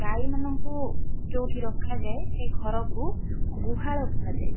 ଗାଈ ମାନଙ୍କୁ ଯେଉଁଠି ରଖାଯାଏ ସେ ଘରକୁ ଗୁହାଳ କୁହାଯାଏ